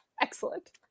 Excellent